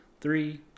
three